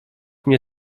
mnie